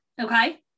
okay